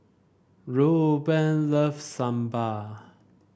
Rueben loves Sambar